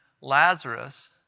Lazarus